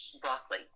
broccoli